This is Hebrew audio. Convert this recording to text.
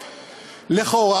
לכאורה,